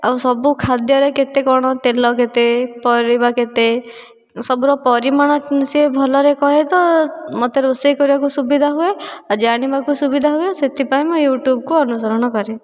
ଆଉ ସବୁ ଖାଦ୍ୟରେ କେତେ କ'ଣ ତେଲ କେତେ ପରିବା କେତେ ସବୁର ପରିମାଣ ସେ ଭଲରେ କୁହେ ତ ମୋତେ ରୋଷେଇ କରିବାକୁ ସୁବିଧା ହୁଏ ଆଉ ଜାଣିବାକୁ ସୁବିଧା ହୁଏ ସେଥିପାଇଁ ମୁଁ ଯୂଟ୍ୟୁବ୍କୁ ଅନୁସରଣ କରେ